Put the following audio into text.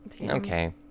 Okay